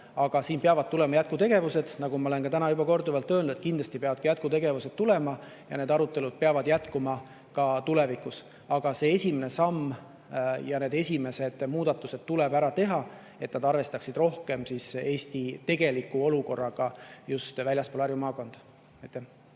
Aga siin peavad tulema jätkutegevused, nagu ma olen täna juba korduvalt öelnud. Kindlasti peavad ka jätkutegevused tulema, need arutelud peavad jätkuma ka tulevikus. Aga see esimene samm, need esimesed muudatused tuleb ära teha, et me arvestaksime rohkem Eesti tegeliku olukorraga just väljaspool Harju maakonda.